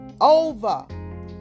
over